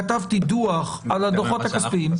כתבתי דוח על הדוחות הכספיים.